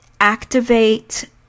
activate